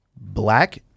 Black